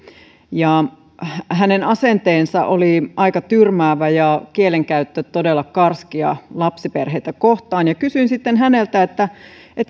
hänen asenteensa oli aika tyrmäävä ja kielenkäyttö todella karskia lapsiperheitä kohtaan kysyin sitten häneltä